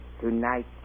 tonight